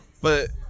But-